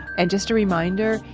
and, just a reminder,